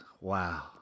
wow